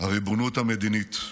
הריבונות המדינית.